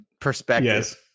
Perspective